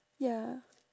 ya